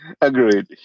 Agreed